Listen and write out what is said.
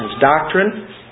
doctrine